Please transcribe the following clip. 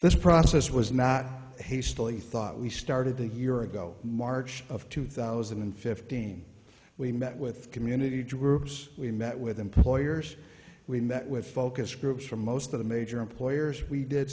this process was not hastily thought we started the year ago march of two thousand and fifteen we met with community groups we met with employers we met with focus groups for most of the major employers we did